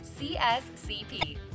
CSCP